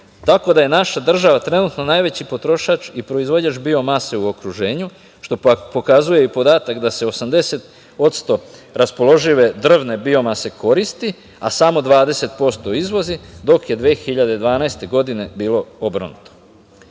tako da je naša država trenutno najveći potrošač i proizvođač biomase u okruženju, što pokazuje i podatak da se 80 posto, raspoložive drvne biomase koristi, a samo 20 posto izvozi, dok je 2012. godine, bilo